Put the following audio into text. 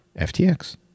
FTX